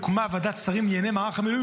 הוקמה ועדת שרים לענייני מערך המילואים,